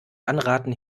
anraten